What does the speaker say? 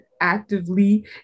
actively